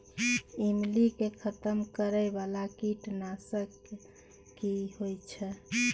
ईमली के खतम करैय बाला कीट नासक की होय छै?